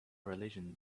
religion